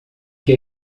que